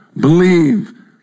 believe